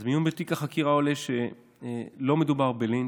מעיון בתיק החקירה עולה שלא מדובר בלינץ'.